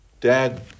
Dad